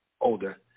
older